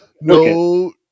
no